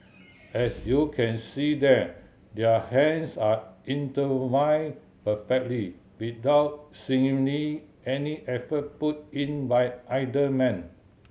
as you can see there their hands are intertwined perfectly without seemingly any effort put in by either man